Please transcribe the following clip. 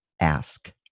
ask